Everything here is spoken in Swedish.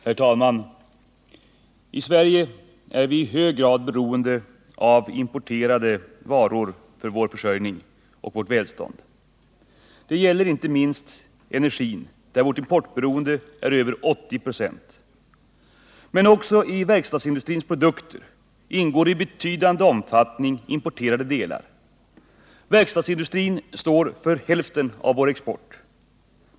Herr talman! I Sverige är vi i hög grad beroende av importerade varor för vår försörjning och vårt välstånd. Det gäller inte minst energin, där vårt importberoende är över 80 26. Men också i verkstadsindustrins produkter ingår i betydande omfattning importerade delar. Verkstadsindustrin står för hälften av vår export.